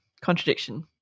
contradiction